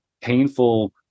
painful